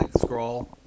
scroll